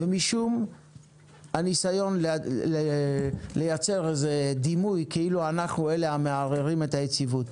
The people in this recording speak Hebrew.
ומשום הניסיון לייצר איזה דימוי כאילו אנחנו אלה המערערים את היציבות.